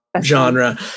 genre